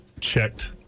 checked